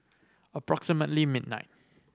approximately midnight